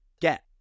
get